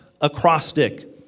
acrostic